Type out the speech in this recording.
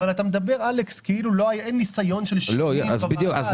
אבל אתה מדבר כאילו אין ניסיון של שנים בוועדה.